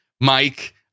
Mike